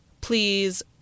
please